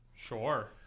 Sure